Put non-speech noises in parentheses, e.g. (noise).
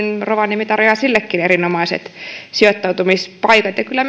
rovaniemi tarjoaa sillekin erinomaiset sijoittautumispaikat ja kyllä (unintelligible)